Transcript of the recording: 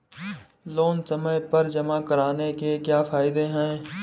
Loan समय पर जमा कराने के क्या फायदे हैं?